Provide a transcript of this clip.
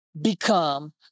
become